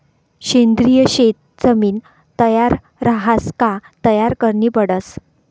सेंद्रिय शेत जमीन तयार रहास का तयार करनी पडस